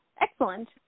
Excellent